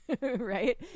Right